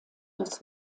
des